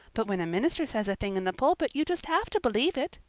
but when a minister says a thing in the pulpit you just have to believe it.